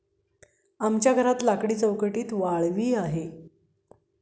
आमच्या घरात लाकडी चौकटीत वाळवी आहे